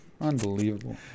Unbelievable